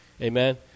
Amen